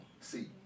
See